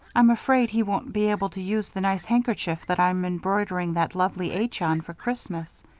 i'm afraid he won't be able to use the nice handkerchief that i'm embroidering that lovely h on for christmas.